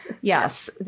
Yes